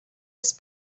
his